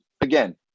again